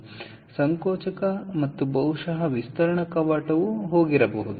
ಆದ್ದರಿಂದ ಸಂಕೋಚಕ ಮತ್ತು ಬಹುಶಃ ವಿಸ್ತರಣೆ ಕವಾಟವು ಹೊರಗಿರುತ್ತದೆ